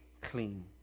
clean